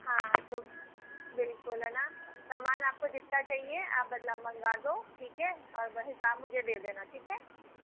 हाँ तो बिल्कुल है न समान आपको जितना चाहिए आप मतलब मंगवा दो ठीक हैं और हिसाब मुझे दे देना ठीक हैं